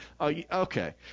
Okay